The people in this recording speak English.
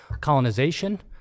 colonization